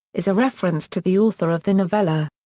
is a reference to the author of the novella.